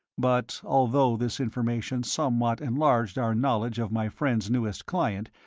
but although this information somewhat enlarged our knowledge of my friend's newest client,